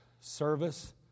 service